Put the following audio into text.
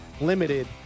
limited